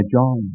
John